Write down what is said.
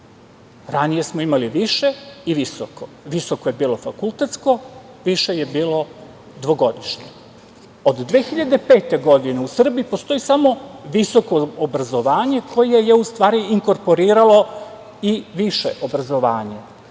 Ranije smo imali više i visoko. Visoko je bilo fakultetsko, više je bilo dvogodišnje. Od 2005. godine u Srbiji postoji samo visoko obrazovanje koje je u stvari inkorporiralo i više obrazovanje